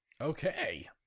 Okay